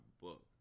book